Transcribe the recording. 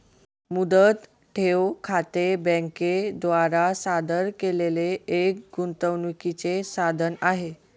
मुदत ठेव खाते बँके द्वारा सादर केलेले एक गुंतवणूकीचे साधन आहे